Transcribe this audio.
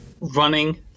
running